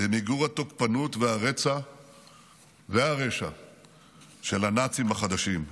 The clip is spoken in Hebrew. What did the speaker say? במיגור התוקפנות והרשע של הנאצים החדשים.